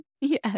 Yes